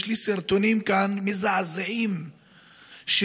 יש לי כאן סרטונים מזעזעים שחזירים,